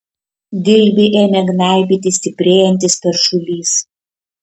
dilbį ėmė gnaibyti stiprėjantis peršulys